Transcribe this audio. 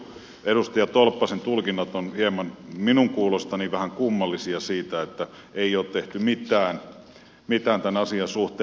edustaja tolppasen tulkinnat ovat minun kuulostani vähän kummallisia siitä että ei ole tehty mitään tämän asian suhteen